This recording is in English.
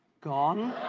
gone.